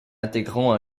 intégrant